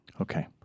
Okay